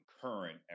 current